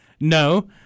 No